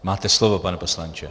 Máte slovo, pane poslanče.